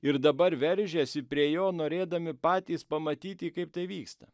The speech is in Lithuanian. ir dabar veržėsi prie jo norėdami patys pamatyti kaip tai vyksta